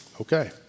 Okay